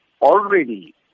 already